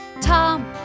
Tom